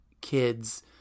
kids